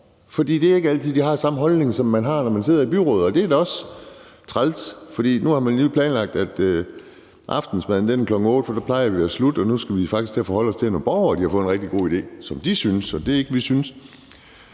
for det er ikke altid, at de har den samme holdning, som man har, når man sidder i byrådet. Og det er da også træls, for nu har man lige planlagt, at aftensmaden er kl. 8, for der plejer vi at slutte, og nu skal vi faktisk til at forholde os til, at nogle borgere har fået en rigtig god idé, som de synes er god, men